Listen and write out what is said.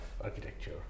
architecture